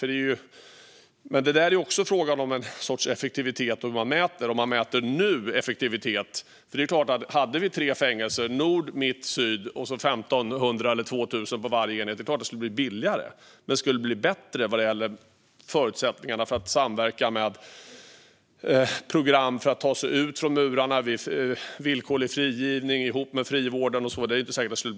Den senare är också en fråga om effektivitet och hur man mäter och om man mäter effektivitet nu. Om vi hade tre fängelser - Nord, Mitt och Syd - och 1 500 eller 2 000 i varje enhet skulle det såklart bli billigare. Men skulle det bli bättre vad gäller förutsättningarna att samverka med program för att ta sig utanför murarna, villkorlig frigivning ihop med frivården och så? Det är inte säkert.